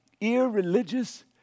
irreligious